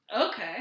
Okay